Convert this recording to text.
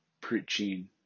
preaching